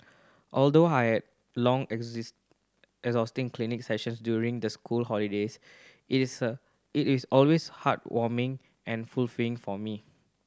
although I have long exhausting clinic sessions during the school holidays it is a it is always heartwarming and fulfilling for me